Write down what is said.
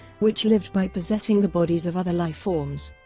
which lived by possessing the bodies of other life-forms.